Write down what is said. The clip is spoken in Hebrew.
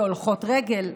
הולכות רגל,